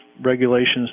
regulations